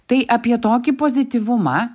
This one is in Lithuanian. tai apie tokį pozityvumą